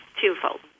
twofold